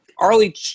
Arlie